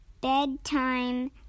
bedtime